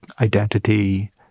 identity